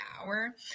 hour